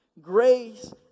grace